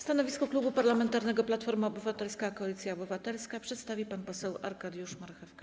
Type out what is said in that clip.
Stanowisko Klubu Parlamentarnego Platforma Obywatelska - Koalicja Obywatelska przedstawi pan poseł Arkadiusz Marchewka.